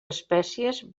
espècies